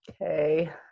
Okay